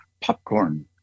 popcorn